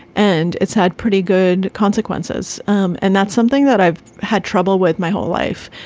and it's had pretty good consequences. um and that's something that i've had trouble with my whole life.